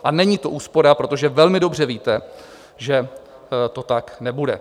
A není to úspora, protože velmi dobře víte, že to tak nebude.